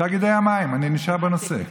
תאגידי המים, אני נשאר בנושא,